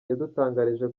yadutangarije